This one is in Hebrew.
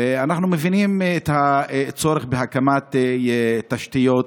ואנחנו מבינים את הצורך בהקמת תשתיות,